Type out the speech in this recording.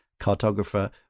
cartographer